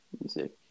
music